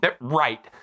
right